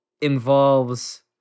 involves